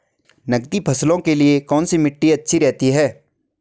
नकदी फसलों के लिए कौन सी मिट्टी अच्छी रहती है?